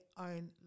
own